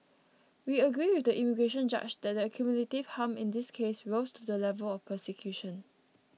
we agree with the immigration judge that the cumulative harm in this case rose to the level of persecution